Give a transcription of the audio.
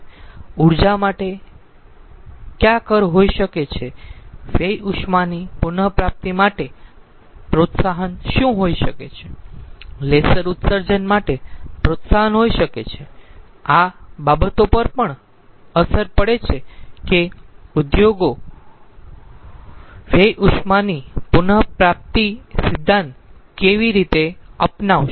ઊર્જા માટે કયા કર હોઈ શકે છે વ્યય ઉષ્માની પુન પ્રાપ્તિ માટે પ્રોત્સાહન શું હોઈ શકે છે લેસર ઉત્સર્જન માટે પ્રોત્સાહન હોઈ શકે છે આ બાબતો પર પણ અસર પડે છે કે ઉદ્યોગો વ્યય ઉષ્માની પુન પ્રાપ્તિ સિદ્ધાંત કેવી રીતે અપનાવશે